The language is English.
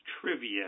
trivia